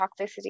toxicity